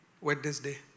Wednesday